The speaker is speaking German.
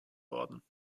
worden